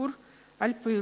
הציבור על פעילותן.